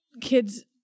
kids